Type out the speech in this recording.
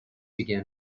began